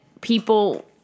people